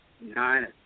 nine